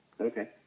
Okay